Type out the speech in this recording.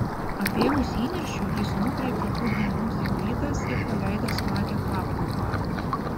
apėmus įniršiui jis nukreipė abu ginklus į plytas ir paleido smagią papliūpą